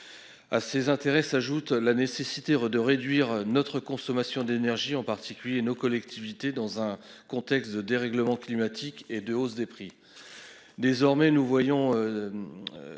À ses intérêts s'ajoute la nécessité de réduire notre consommation d'énergie en particulier nos collectivités dans un contexte de dérèglement climatique et de hausse des prix. Désormais nous voyons.